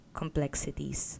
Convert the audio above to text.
complexities